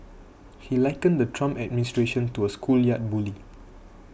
he likened the Trump administration to a schoolyard bully